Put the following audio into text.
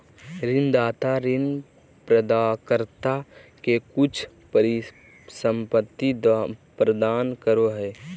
ऋणदाता ऋण प्राप्तकर्ता के कुछ परिसंपत्ति प्रदान करो हइ